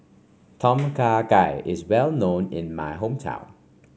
Tom Kha Gai is well known in my hometown